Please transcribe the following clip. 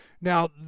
now